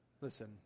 Listen